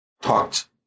talked